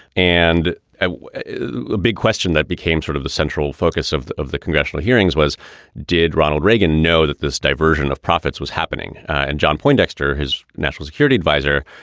and ah the big question that became sort of the central focus of of the congressional hearings was did ronald reagan know that this diversion of profits was happening? and john poindexter, his national security adviser,